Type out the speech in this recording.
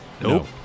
Nope